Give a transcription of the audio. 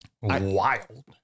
Wild